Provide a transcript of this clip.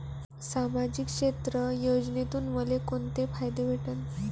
सामाजिक क्षेत्र योजनेतून मले कोंते फायदे भेटन?